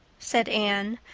said anne,